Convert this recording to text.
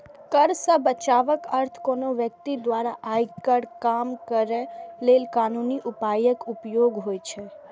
कर सं बचावक अर्थ कोनो व्यक्ति द्वारा आयकर कम करै लेल कानूनी उपायक उपयोग होइ छै